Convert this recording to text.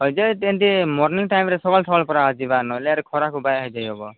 ଅଜୟ ଯେମିତି ମର୍ଣ୍ଣିଙ୍ଗ ଟାଇମ୍ରେ ସକାଳୁ ସକାଳୁ ପରା ଯିବା ନହେଲେ ଆରେ ଖରାକୁ ବା କାହିଁ ଯାଇହେବ